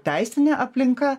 teisinė aplinka